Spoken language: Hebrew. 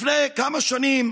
לפני כמה שנים